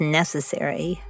necessary